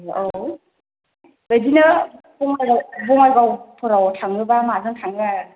औ बिदिनो बङायगावफोराव थाङोबा माजों थाङो